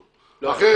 אחרת,